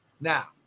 Now